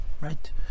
right